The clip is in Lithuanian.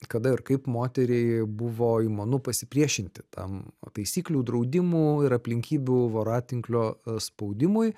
kada ir kaip moteriai buvo įmanu pasipriešinti tam taisyklių draudimų ir aplinkybių voratinklio spaudimui